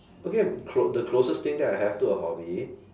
okay clo~ the closest thing that I have to a hobby